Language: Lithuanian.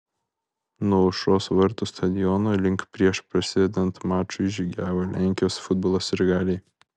nuo aušros vartų stadiono link prieš prasidedant mačui žygiavo lenkijos futbolo sirgaliai